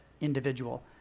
individual